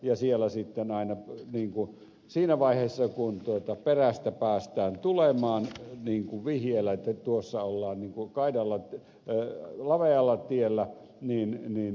ja kun niiden perään päästään kun on saatu vihje että tuossa ollaan lavealla tiellä niin niin